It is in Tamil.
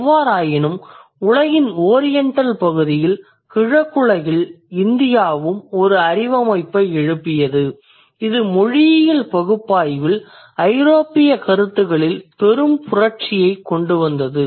எவ்வாறாயினும் உலகின் ஓரியண்டல் பகுதியில் கிழக்குலகில் இந்தியாவும் ஒரு அறிவமைப்பை எழுப்பியது இது மொழியியல் பகுப்பாய்வில் ஐரோப்பிய கருத்துக்களில் பெரும் புரட்சியைக் கொண்டு வந்தது